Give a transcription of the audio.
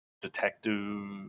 detective